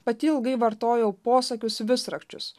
pati ilgai vartojau posakius visrakčius